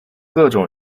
各种